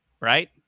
right